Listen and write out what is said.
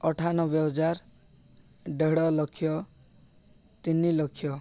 ଅଠାନବେ ହଜାର ଦେଢ଼ ଲକ୍ଷ ତିନିିଲକ୍ଷ